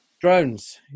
Drones